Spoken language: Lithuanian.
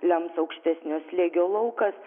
lems aukštesnio slėgio laukas